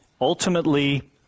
Ultimately